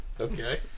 Okay